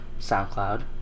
SoundCloud